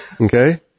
okay